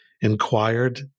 inquired